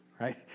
right